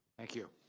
thank you.